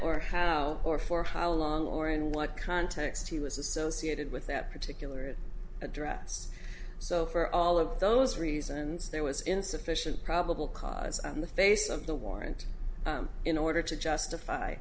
or how or for how long or in what context he was associated with that particular address so for all of those reasons there was insufficient probable cause on the face of the warrant in order to justify